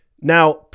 now